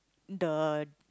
the